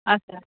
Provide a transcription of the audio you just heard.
আচ্ছা